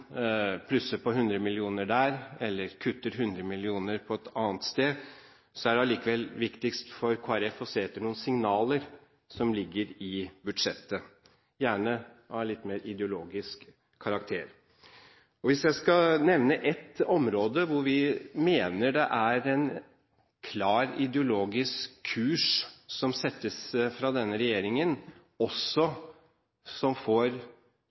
plusser på 100 millioner der eller kutter 100 millioner et annet sted, er det allikevel viktigst for Kristelig Folkeparti å se etter noen signaler som ligger i budsjettet, gjerne av en litt mer ideologisk karakter. Hvis jeg skal nevne ett område hvor vi mener det er en klar ideologisk kurs som settes fra denne regjeringen, og som også får